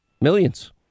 Millions